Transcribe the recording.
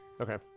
Okay